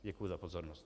Děkuji za pozornost.